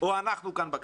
כאן בכנסת?